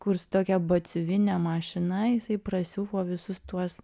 kur su tokia batsiuvine mašina jisai prasiuvo visus tuos